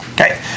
Okay